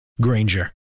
Granger